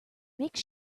make